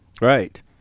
Right